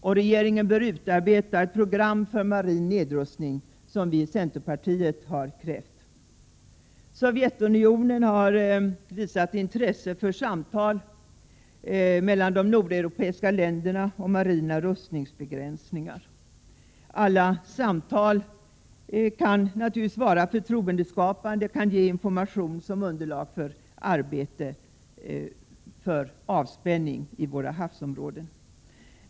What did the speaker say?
Och regeringen bör utarbeta ett program för marin nedrustning som vi i centerpartiet har krävt. Sovjetunionen har visat intresse för samtal mellan de nordeuropeiska länderna om marina rustningsbegränsningar. Alla samtal kan naturligtvis vara förtroendeskapande och kan ge information som underlag för arbete i syfte att skapa avspänning i våra havsområden.